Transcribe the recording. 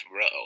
row